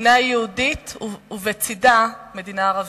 מדינה יהודית ובצדה מדינה ערבית.